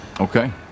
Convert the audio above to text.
Okay